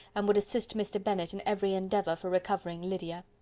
and would assist mr. bennet in every endeavour for recovering lydia.